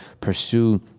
pursue